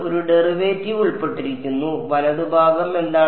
ഒരു ഡെറിവേറ്റീവ് ഉൾപ്പെട്ടിരിക്കുന്നു വലതുഭാഗം എന്താണ്